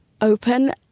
open